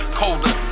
colder